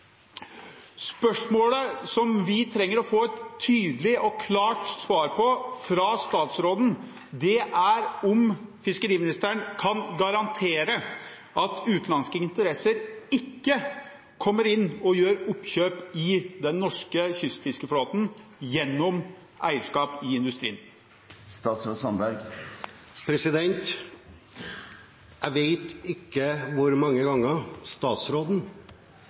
Spørsmålet som vi trenger å få et tydelig og klart svar på fra statsråden, er om fiskeriministeren kan garantere at utenlandske interesser ikke kommer inn og gjør oppkjøp i den norske kystfiskeflåten gjennom eierskap i industrien. Jeg vet ikke hvor mange ganger statsråden